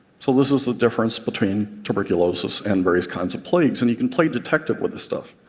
so this is the difference between tuberculosis and various kinds of plagues, and you can play detective with this stuff,